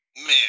Man